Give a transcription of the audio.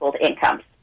incomes